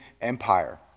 empire